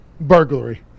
burglary